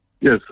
Yes